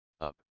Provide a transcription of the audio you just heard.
up